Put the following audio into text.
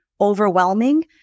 overwhelming